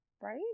right